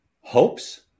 Hopes